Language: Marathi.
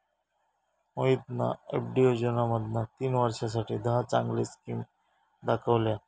मोहितना एफ.डी योजनांमधना तीन वर्षांसाठी दहा चांगले स्किम दाखवल्यान